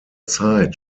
zeit